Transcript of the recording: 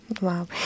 wow